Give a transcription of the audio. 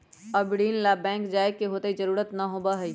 अब ऋण ला बैंक जाय के कोई जरुरत ना होबा हई